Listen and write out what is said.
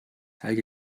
helge